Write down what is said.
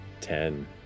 Ten